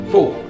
Four